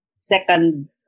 second